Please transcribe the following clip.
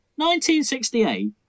1968